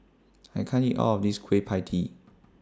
I can't eat All of This Kueh PIE Tee